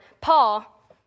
Paul